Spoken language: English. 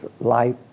life